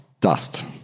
Dust